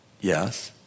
Yes